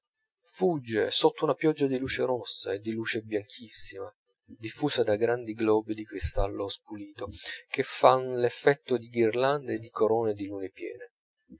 fugge sotto una pioggia di luce rossa e di luce bianchissima diffusa da grandi globi di cristallo spulito che fan l'effetto di ghirlande e di corone di lune piene